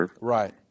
Right